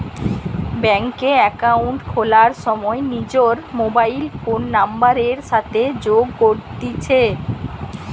bank এ account খোলার সময় নিজর মোবাইল ফোন নাম্বারের সাথে যোগ করতিছে